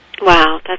Wow